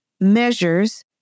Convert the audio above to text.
measures